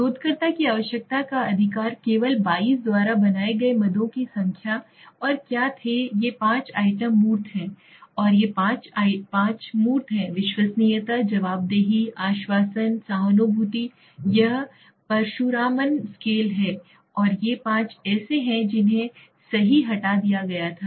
शोधकर्ता की आवश्यकता का अधिकार केवल 22 द्वारा बनाए गए मदों की संख्या और क्या थे ये 5 आइटम मूर्त हैं और ये पाँच मूर्त हैं विश्वसनीयता जवाबदेही आश्वासन सहानुभूति यह परशुरामन स्केल है और ये 5 ऐसे हैं जिन्हें सही हटा दिया गया था